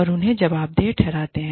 और हम उन्हें जवाबदेह ठहराते हैं